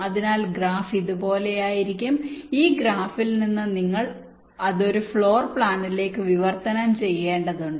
അതിനാൽ ഗ്രാഫ് ഇതുപോലെയായിരിക്കും ഈ ഗ്രാഫിൽ നിന്ന് നിങ്ങൾ അത് ഒരു ഫ്ലോർ പ്ലാനിലേക്ക് വിവർത്തനം ചെയ്യേണ്ടതുണ്ട്